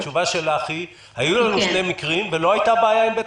התשובה שלך היא: היו לנו שני מקרים ולא הייתה בעיה עם בית